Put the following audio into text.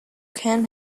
can